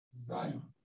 Zion